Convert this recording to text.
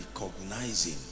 recognizing